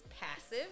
passive